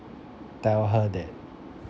tell her that